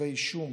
כתבי אישום